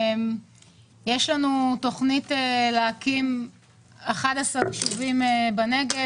יש לנו תוכנית להקים 11 יישובים בנגב,